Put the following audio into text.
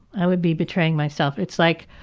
i would be betraying myself. it's like